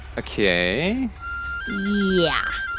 ok yeah